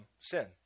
sin